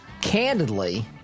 candidly